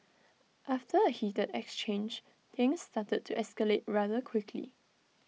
after A heated exchange things started to escalate rather quickly